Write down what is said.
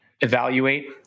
evaluate